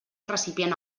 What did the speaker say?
recipient